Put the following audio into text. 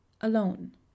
alone